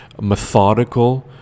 methodical